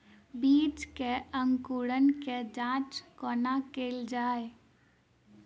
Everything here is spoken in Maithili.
बीज केँ अंकुरण केँ जाँच कोना केल जाइ?